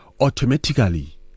automatically